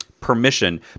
permission